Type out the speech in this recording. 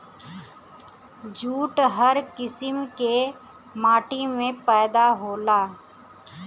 jute हर किसिम के माटी में पैदा होला